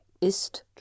ist